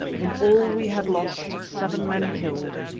in all we had lost seven men killed,